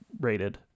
rated